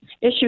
issue